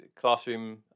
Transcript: classroom